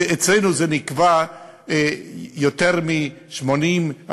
ואצלנו זה נקבע לפני יותר מ-80 שנה,